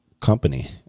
company